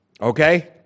Okay